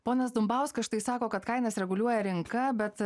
ponas dumbauskas štai sako kad kainas reguliuoja rinka bet